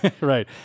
right